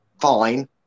fine